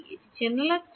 এটি চেনা লাগছে